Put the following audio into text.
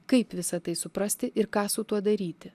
kaip visa tai suprasti ir ką su tuo daryti